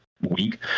week